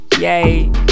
Yay